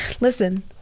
listen